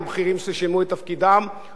ובאו והביעו את דעתם בפומבי.